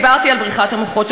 דיברתי על בריחת המוחות,